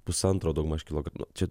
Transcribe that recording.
pusantro daugmaž kilo čia